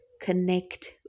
connect